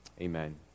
Amen